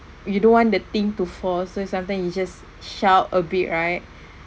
you don't want the thing to fall so sometime you just shout a bit right